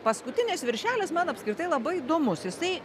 paskutinis viršelis man apskritai labai įdomus jisai